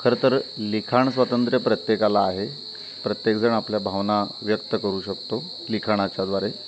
खरं तर लिखाण स्वातंत्र्य प्रत्येकाला आहे प्रत्येकजण आपल्या भावना व्यक्त करू शकतो लिखाणाच्या द्वारे